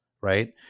right